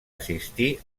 assistir